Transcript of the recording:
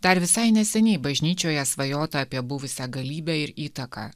dar visai neseniai bažnyčioje svajota apie buvusią galybę ir įtaką